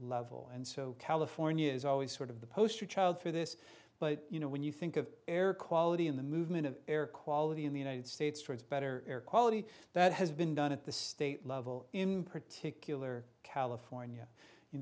level and so california is always sort of the poster child for this but you know when you think of air quality in the movement of air quality in the united states towards better air quality that has been done at the state level in particular california you